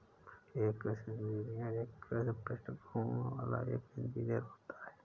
एक कृषि इंजीनियर एक कृषि पृष्ठभूमि वाला एक इंजीनियर होता है